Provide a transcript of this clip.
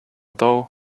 though